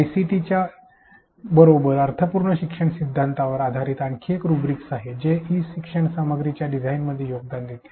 ICT बरोबर अर्थपूर्ण शिक्षणाच्या सिद्धांतावर आधारित आणखी एक रुब्रिक आहे जे ई शिक्षण सामग्रीच्या डिझाइनमध्ये योगदान देते